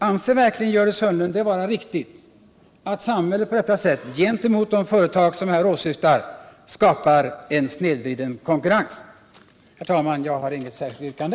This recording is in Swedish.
Anser verkligen Gördis Hörnlund att det är riktigt att samhället på detta sätt gentemot de företag som jag här åsyftar snedvrider konkurrensen? Herr talman! Jag har inget särskilt yrkande.